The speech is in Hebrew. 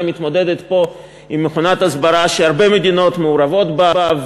מתמודדת פה עם מכונת הסברה שהרבה מדינות מעורבות בה,